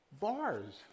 bars